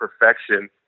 perfection